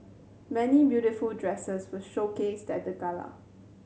many beautiful dresses were showcased at the gala